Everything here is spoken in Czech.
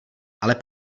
ale